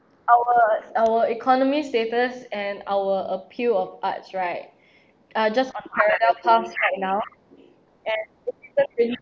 our our economy status and our appeal of arts right are just on paths right now and